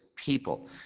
people